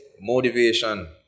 motivation